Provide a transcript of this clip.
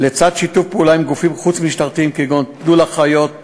לצד שיתוף פעולה עם גופים חוץ-משטרתיים כגון "תנו לחיות לחיות"